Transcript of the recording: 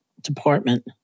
department